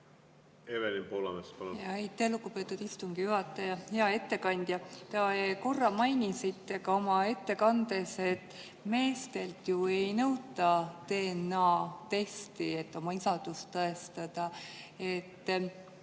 Evelin Poolamets, palun! Aitäh, lugupeetud istungi juhataja! Hea ettekandja! Te korra mainisite ka oma ettekandes, et meestelt ei nõuta DNA-testi, et oma isadust tõestada.